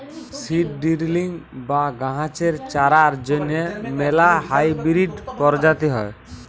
seed drilling বা গাহাচের চারার জ্যনহে ম্যালা হাইবিরিড পরজাতি হ্যয়